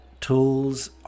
tools